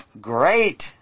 great